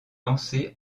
lancer